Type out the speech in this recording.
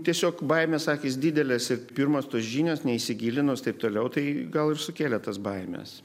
tiesiog baimės akys didelės ir pirmas tos žinios neįsigilinus taip toliau tai gal ir sukėlė tas baimes